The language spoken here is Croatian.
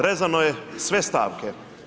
Rezano je sve stavke.